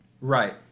right